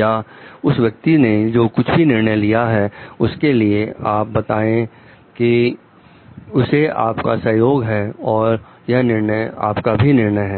या उस व्यक्ति ने जो कुछ भी निर्णय लिया हो उसके लिए आप यह बताएं कि उसे आपका सहयोग है और यह निर्णय आपका भी निर्णय है